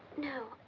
no.